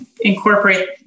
incorporate